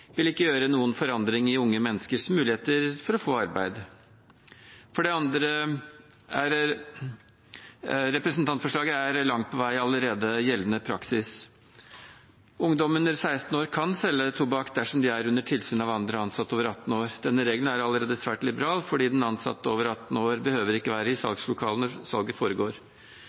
vil ikke gjøre noen forandring i unge menneskers muligheter for å få arbeid. Representantforslaget er langt på vei allerede gjeldende praksis. Ungdom under 16 år kan selge tobakk dersom de er under tilsyn av andre ansatte over 18 år. Denne regelen er allerede svært liberal, for den ansatte over 18 år behøver ikke å være i salgslokalene når salget foregår.